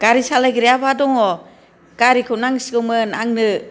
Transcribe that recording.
गारि सालायग्राया बहा दङ गारिखौ नांसिगौमोन आंनो